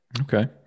okay